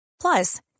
Plus